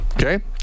okay